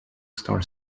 star